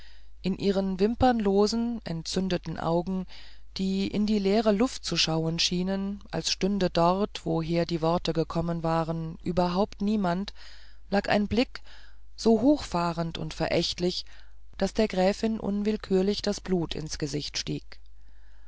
in ihren wimpernlosen entzündeten augen die in die leere luft zu schauen schienen als stünde dort woher die worte gekommen waren überhaupt niemand lag ein blick so hochfahrend und verächtlich daß der gräfin unwillkürlich das blut ins gesicht stieg